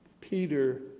Peter